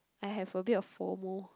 I have a bit of FOMO